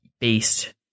based